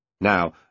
Now